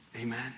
Amen